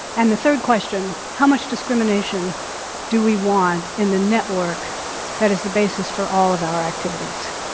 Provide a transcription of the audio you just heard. and the third question, how much discrimination do we want in the network that is the basis for all of our activities?